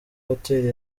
hoteli